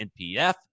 NPF